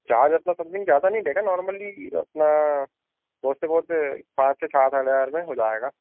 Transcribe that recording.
charge अपना something ज़्यादा नहीं रहेगा नॉर्मली अपना बहुत से बहुत पाँच से सात आठ हज़ार रुपये हो जाएगा